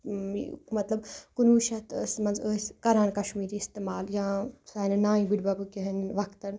مطلب کُنوُہ شَتَس منٛز ٲسۍ کَران کَشمیٖری اِستعمال یا سانٮ۪ن نانہِ بٔڈۍ بَب کٮ۪ن وَقتَن